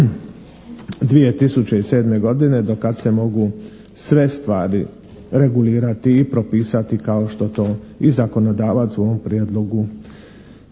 2007. godine do kad se mogu sve stvari regulirati i propisati kao što to i zakonodavac u ovom prijedlogu,